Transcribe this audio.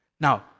Now